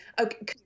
Okay